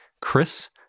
Chris